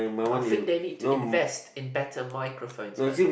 I think they need to invest in better microphones man